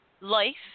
life